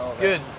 Good